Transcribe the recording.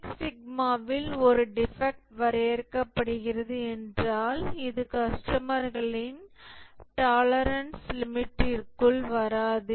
six சிக்மாவில் ஒரு defect வரையறுக்கப்படுகிறது என்றால் இது கஸ்டமர்களின் டாலரன்ஸ் லிமிட்ற்குள் வராது